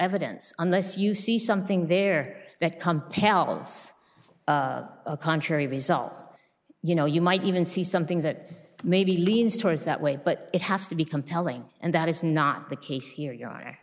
evidence unless you see something there that compels a contrary result you know you might even see something that maybe leans towards that way but it has to be compelling and that is not the case here